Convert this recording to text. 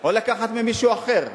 או לקחת ממישהו אחר.